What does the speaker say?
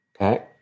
Okay